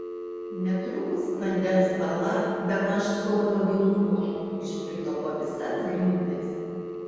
netrukus vandens bala bemaž colio gilumo išplito po visas grindis